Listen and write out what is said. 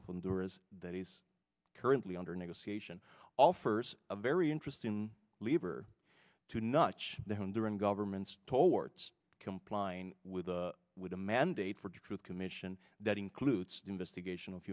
open door is that he's currently under negotiation offers a very interesting lever to notch the home during government's told warts complying with the with a mandate for truth commission that includes investigation of